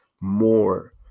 more